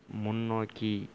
முன்னோக்கி